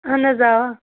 اہن حظ آ